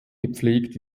gepflegt